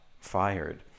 fired